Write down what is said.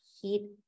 heat